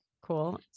cool